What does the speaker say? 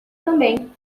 também